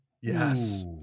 yes